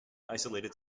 isolated